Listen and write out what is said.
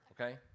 okay